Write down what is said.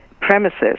premises